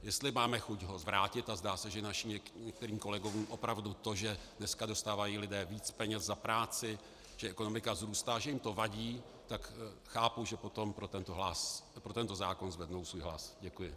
Jestli máme chuť ho zvrátit, a zdá se, že našim některým kolegům opravdu to, že dneska dostávají lidé víc peněz za práci, že ekonomika vzrůstá, že jim to vadí, tak chápu, že potom pro tento zákon zvednou svůj hlas. Děkuji.